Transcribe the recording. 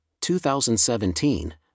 2017